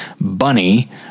bunny